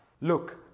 Look